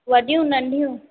वॾियूं नंढियूं